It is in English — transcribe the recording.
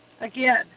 Again